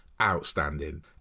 outstanding